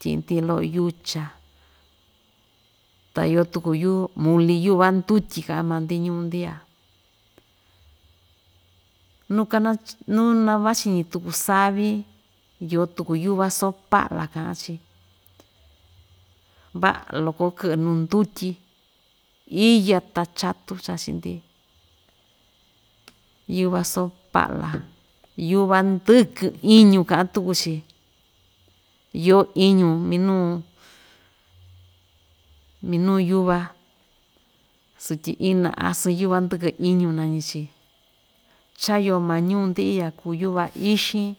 tyi'i‑ndi lo'o yucha ta iyo tuku yu muli yuva ndutyi ka'an maa‑ndi ñuu‑ndi ya nuu kana nuu navachiñi tuku saví iyo tuku yuva soo pa'la ka'an‑chi va'a loko kɨ'ɨ nuu ndutyi iya ta chatu chachi‑ndi yuva so'o pa'la yuva ndɨkɨ iñu ka'an tuku‑chi yo iñu, minuu minuu yuva sutyi ina asɨɨn yuva ndɨkɨ iñu nañi‑chi cha‑yoo maa ñuu‑ndi iya kuu kuva ixin.